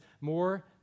more